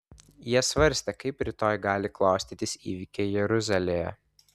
jie svarstė kaip rytoj gali klostytis įvykiai jeruzalėje